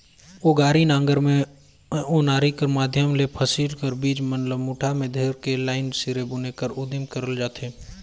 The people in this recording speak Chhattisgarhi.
ओनारी नांगर मे ओनारी कर माध्यम ले फसिल कर बीज मन ल मुठा मे धइर के लाईन सिरे बुने कर उदिम करल जाथे